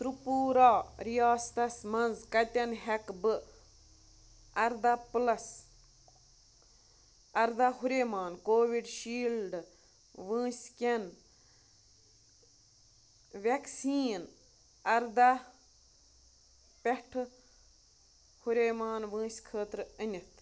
ترُپوٗرا رِیاستَس مَنٛز کَتٮ۪ن ہیکہٕ بہٕ اَرداہ پٕلَس اَرداہ ہُریمان کووِڈ شیٖلڈ وٲنسہِ کٮ۪ن ویکسیٖن اَرداہ پٮ۪ٹھٕ ہُریمان وٲنٛسہِ خٲطرٕ أنِتھ